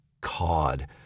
cod